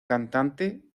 cantante